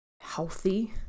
healthy